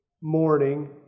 morning